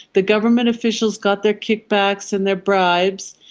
the government officials got their kickbacks and their bribes,